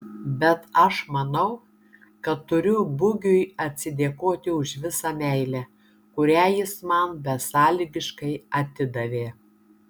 bet aš manau kad turiu bugiui atsidėkoti už visą meilę kurią jis man besąlygiškai atidavė